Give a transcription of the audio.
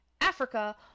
Africa